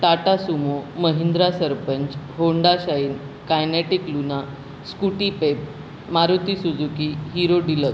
Tata Sumo Mahindra sarpanch Honda Shine Kinetic Luna Scooty Pep Maruti Suzuki Hero deluxe